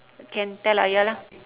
can tell ayah lah